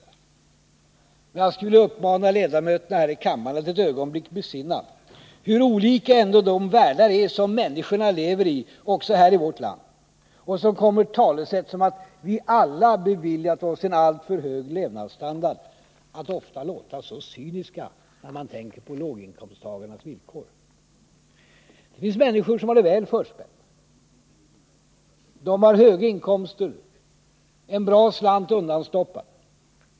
Men jag skulle vilja uppmana ledamöterna här i kammaren att ett ögonblick besinna hur olika ändå de världar är som människorna lever i också här i vårt land och som kommer talesätt om ”att vi alla beviljat oss en alltför hög levnadsstandard” att låta så cyniska, när man tänker på låginkomsttagarnas villkor. Det finns människor som har det väl förspänt. De har höga inkomster och en bra slant undanstoppad.